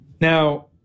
Now